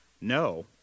No